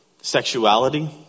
sexuality